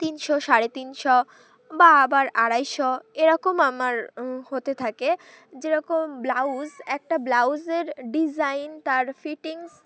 তিনশো সাড়ে তিনশো বা আবার আড়াইশো এরকম আমার হতে থাকে যেরকম ব্লাউজ একটা ব্লাউজের ডিজাইন তার ফিটিংস